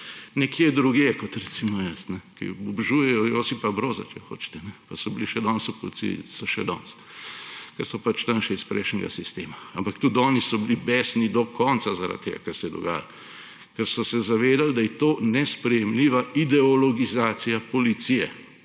nekje drugje kot recimo jaz, ki obožujejo Josipa Broza, če hočete, pa so še danes v policiji, ker so pač tam še iz prejšnjega sistema. Ampak tudi oni so bili besni do konca zaradi tega, kar se je dogajalo, ker so se zavedali, da je to nesprejemljiva ideologizacija Policije.